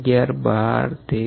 513